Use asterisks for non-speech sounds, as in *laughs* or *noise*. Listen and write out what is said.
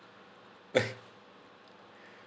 *laughs*